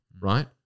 right